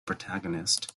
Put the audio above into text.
protagonist